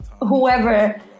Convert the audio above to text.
whoever